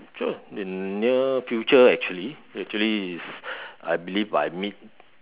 sure in the near future actually actually is I believe by mid